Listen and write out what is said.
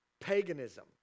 Paganism